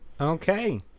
Okay